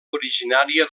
originària